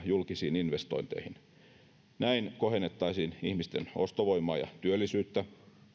julkisiin investointeihin näin kohennettaisiin ihmisten ostovoimaa ja työllisyyttä